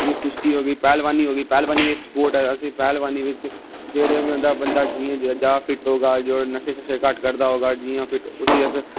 जियां कुश्ती होई गेई पहलवानी होई गेई पहलबानी बी इक स्पोट ऐ आसेंगी पहलबानी बिच जेहड़ा बी होंदा बंदा ज्यादा फिट होग गा जेहड़ा नशे नशे घट्ट करदा होगा जियां उसी असें